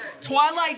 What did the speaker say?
Twilight